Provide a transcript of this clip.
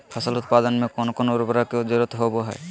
फसल उत्पादन में कोन कोन उर्वरक के जरुरत होवय हैय?